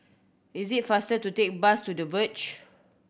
is it faster to take bus to The Verge